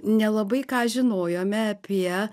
nelabai ką žinojome apie